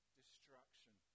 destruction